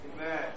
Amen